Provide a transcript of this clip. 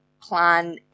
plan